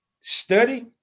study